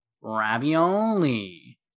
ravioli